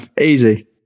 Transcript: easy